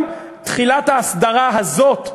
גם תחילת ההסדרה הזאת,